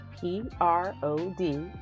P-R-O-D